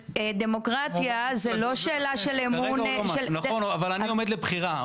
דמוקרטיה זה לא שאלה של אמון --- אבל אני עומד לבחירה,